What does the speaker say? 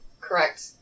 correct